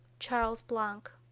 charles blanc.